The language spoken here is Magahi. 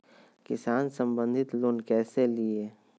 किसान संबंधित लोन कैसै लिये?